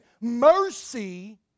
Mercy